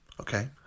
Okay